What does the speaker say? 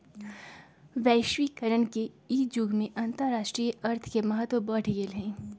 वैश्वीकरण के इ जुग में अंतरराष्ट्रीय अर्थ के महत्व बढ़ गेल हइ